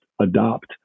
adopt